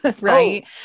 right